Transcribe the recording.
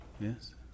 Yes